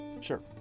Sure